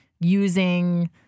using